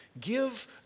Give